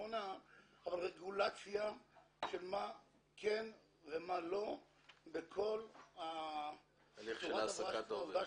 רגולציה של מה כן ומה לא בכל ה --- ההליך של העסקת העובד.